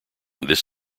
this